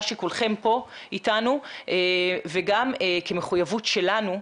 שכולכם פה איתנו וגם כמחויבות שלנו,